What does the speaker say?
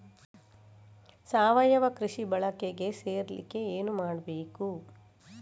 ಸಾವಯವ ಕೃಷಿ ಬಳಗಕ್ಕೆ ಸೇರ್ಲಿಕ್ಕೆ ಏನು ಮಾಡ್ಬೇಕು?